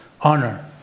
honor